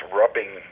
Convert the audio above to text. rubbing